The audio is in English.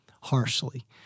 harshly